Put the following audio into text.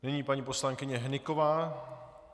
Nyní paní poslankyně Hnyková.